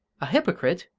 a hypocrite!